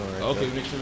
Okay